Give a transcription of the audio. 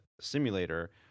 simulator